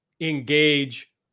engage